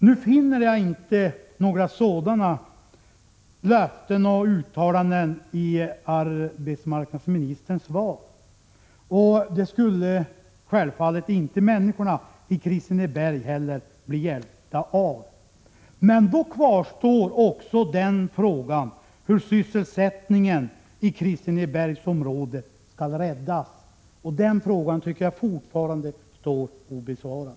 Jag finner inte några sådana löften och uttalanden i arbetsmarknadsministerns svar, och det skulle självfallet inte människorna i Kristineberg heller bli hjälpta av. Men då kvarstår frågan hur sysselsättningen i Kristinebergsområdet skall räddas, och den frågan tycker jag fortfarande står obesvarad.